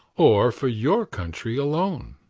or for your country alone.